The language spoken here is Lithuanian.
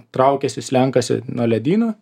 traukiasi slenkasi nuo ledynų